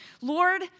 Lord